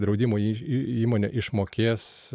draudimo į į įmonė išmokės